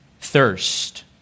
thirst